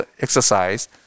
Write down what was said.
exercise